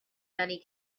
many